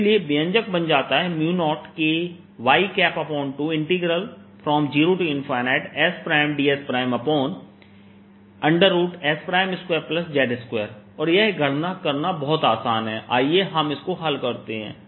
और इसलिए व्यंजक बन जाता है 0Ky20sdss2z2 और यह गणना करना बहुत आसान है आइए हम इसको हल करते हैं